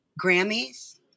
Grammys